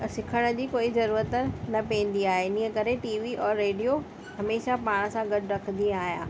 त सिखण जी कोई ज़रूरत न पवंदी आहे इन ई करे टीवी और रेडियो हमेशह पाण सां गॾु रखंदी आहियां